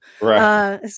Right